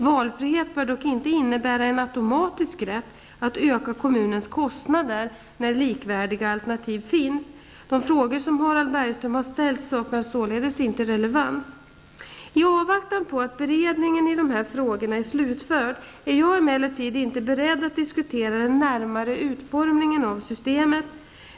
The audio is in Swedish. Valfrihet bör dock inte innebära en automatisk rätt att öka kommunens kostnader när likvärdiga alternativ finns. De frågor som Harald Bergström har ställt saknar således inte relevans. I avvaktan på att beredningen i dessa frågor är slutförd är jag emellertid inte beredd att diskutera den närmare utformningen av systemet.